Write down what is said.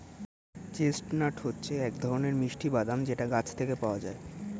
chestnut হচ্ছে এক ধরনের মিষ্টি বাদাম যেটা গাছ থেকে পাওয়া যায়